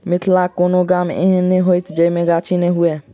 मिथिलाक कोनो गाम एहन नै होयत जतय गाछी नै हुए